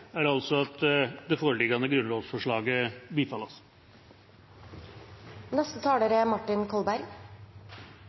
er altså at det foreliggende grunnlovsforslaget